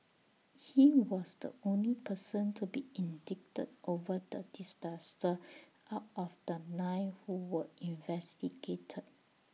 he was the only person to be indicted over the disaster out of the nine who were investigated